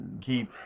keep